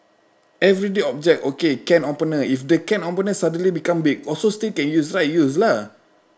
everyday object okay can opener if the can opener suddenly become big also still can use right use lah